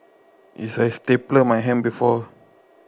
is I stapler my hand before